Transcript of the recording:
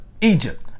Egypt